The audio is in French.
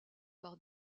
par